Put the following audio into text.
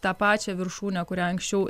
tą pačią viršūnę kurią anksčiau